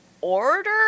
order